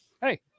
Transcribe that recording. Hey